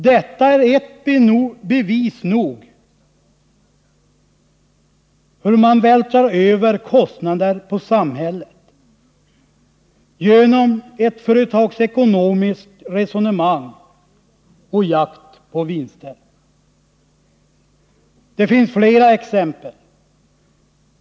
Detta är bevis nog för hur man vältrar över kostnader på samhället genom ett företagsekonomiskt resonemang och jakt på vinster. Det finns fler exempel.